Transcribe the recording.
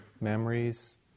Memories